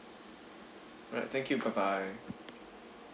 right thank you bye bye